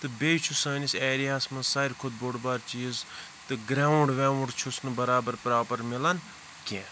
تہٕ بیٚیہِ چھُ سٲنِس ایریا ہَس منٛز ساروی کھۄتہٕ بوٚڑ بار چیٖز تہٕ گرٛاوُنٛڈ وریٛوُنٛڈ چھُس نہٕ برابر پرٛاپَر مِلان کینٛہہ